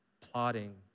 plotting